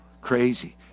crazy